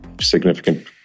significant